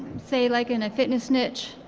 say, like in a fitness niche?